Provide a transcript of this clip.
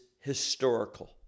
historical